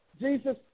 Jesus